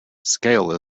scale